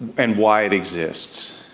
and why it exists.